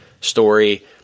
story